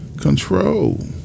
control